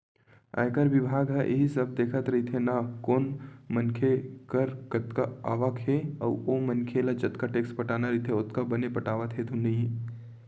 आयकर बिभाग ह इही सब देखत रहिथे ना कोन मनखे कर कतका आवक हे अउ ओ मनखे ल जतका टेक्स पटाना रहिथे ओतका बने पटावत हे धुन नइ ते